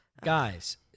guys